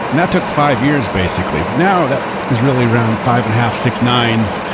and that took five years, basically. but now that is really around five and half, six nines,